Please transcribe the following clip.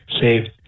saved